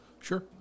sure